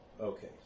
Okay